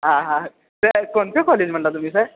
हां हां ते कोणते कॉलेज म्हटलं तुम्ही हे